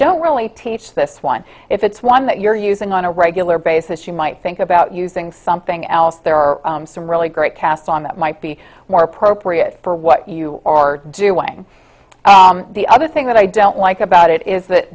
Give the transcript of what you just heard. don't really teach this one if it's one that you're using on a regular basis you might think about using something else there are some really great cast on that might be more appropriate for what you are doing the other thing that i don't like about it is that